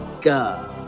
God